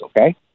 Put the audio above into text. Okay